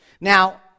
Now